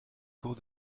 cours